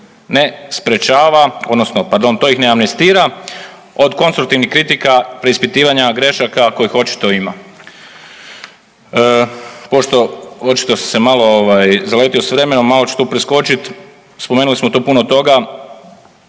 ne sprečava odnosno pardon to ih ne amnestira od konstruktivnih kritika preispitivanja grešaka kojih očito ima. Pošto očito sam se malo zaletio s vremenom malo ću tu preskočit, spomenuli smo tu puno toga.